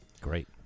Great